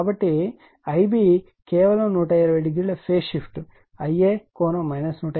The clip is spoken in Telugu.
కాబట్టి Ib కేవలం 120o phase shift Ia ∠ 120o